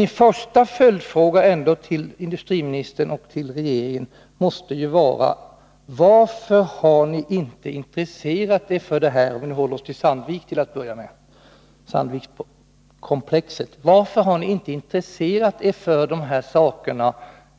Min första följdfråga till industriministern och regeringen — om vi till en början håller oss till Sandvikskomplexet — måste ändå bli: Varför har ni inte intresserat er för dessa förhållanden